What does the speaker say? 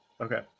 Okay